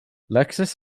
lexus